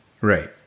Right